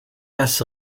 das